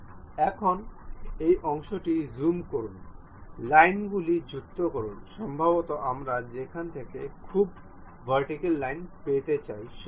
এখন এই অংশটি জুম করুন লাইনগুলি যুক্ত করুন সম্ভবত আমরা সেখান থেকে খুব ভার্টিক্যাল লাইন পেতে চাই সেখানে